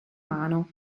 mano